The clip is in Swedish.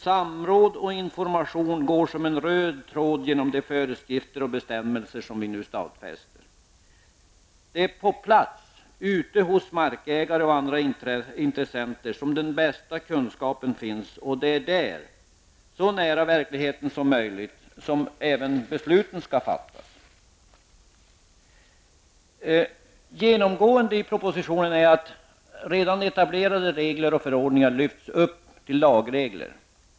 Samråd och information går som en röd tråd genom de föreskrifter och bestämmelser som vi nu stadfäster. Det är på plats, ute hos markägare och andra intressenter, som den bästa kunskapen finns, och det är där, så nära verkligheten som möjligt, som även besluten skall fattas. Genomgående i propositionen är att redan etablerade regler och förordningar lyfts upp till lagregler.